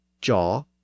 jaw